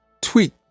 Tweet